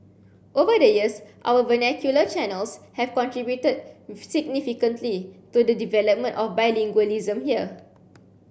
over the years our vernacular channels have contributed significantly to the development of bilingualism here